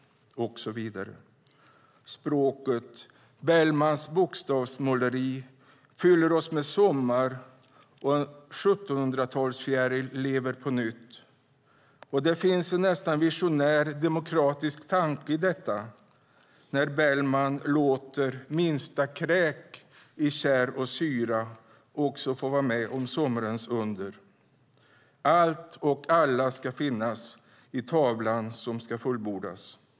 Bellmans bokstavsmåleri fyller oss med sommar, och 1700-talsfjärilen lever på nytt. Det finns en nästan visionär demokratisk tanke när Bellman låter minsta kräk i kärr och syra få vara med om sommarens under. Allt och alla ska finnas i tavlan för att den ska fullbordas.